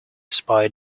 spied